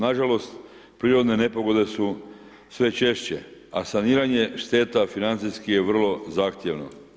Nažalost, prirodne nepogode su sve češće a saniranje šteta financijski je vrlo zahtjevno.